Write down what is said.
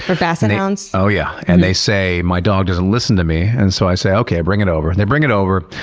or basset hounds? oh yeah. and they say, my dog doesn't listen to me. and so i say, okay bring it over. and they bring it over,